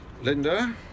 Linda